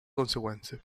conseguenze